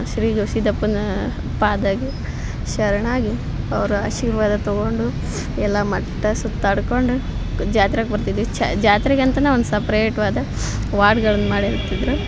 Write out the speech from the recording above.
ಶ್ರೀ ಗವಿ ಸಿದ್ಧಪ್ಪನ ಪಾದಗೆ ಶರಣಾಗಿ ಅವರ ಆಶೀರ್ವಾದ ತೊಗೊಂಡು ಎಲ್ಲ ಮಠ ಸುತ್ತಾಡ್ಕೊಂಡು ಜಾತ್ರೆಗೆ ಬರ್ತಿದ್ವಿ ಚ್ ಜಾತ್ರೆಗೆ ಅಂತನ ಒಂದು ಸಪ್ರೇಟ್ವಾದ ವಾರ್ಡ್ಗಳನ್ನು ಮಾಡಿ ಇಡ್ತಿದ್ದರು